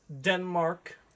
Denmark